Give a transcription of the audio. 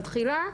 אבל תחילה,